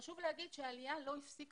חשוב לומר שהעלייה למדינת ישראל לא הפסיקה